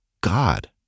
God